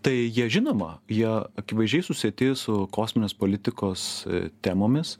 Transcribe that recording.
tai jie žinoma jie akivaizdžiai susieti su kosminės politikos temomis